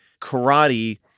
karate